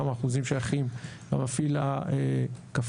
כמה אחוזים שייכים למפעיל הקפריסאי.